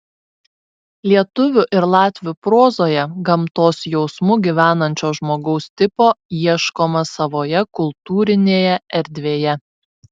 lietuvių ir latvių prozoje gamtos jausmu gyvenančio žmogaus tipo ieškoma savoje kultūrinėje erdvėje